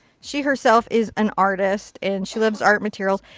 she herself is an artist, and she loves art materials.